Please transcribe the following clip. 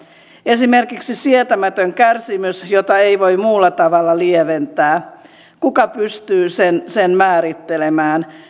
esimerkiksi sietämätön kärsimys jota ei voi muulla tavalla lieventää kuka pystyy sen sen määrittelemään